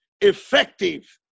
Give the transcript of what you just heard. effective